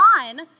on